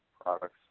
products